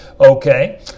okay